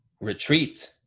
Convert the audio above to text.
Retreat